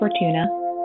Fortuna